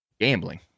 Gambling